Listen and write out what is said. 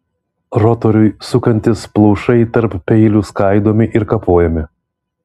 rotoriui sukantis plaušai tarp peilių skaidomi ir kapojami